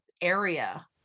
area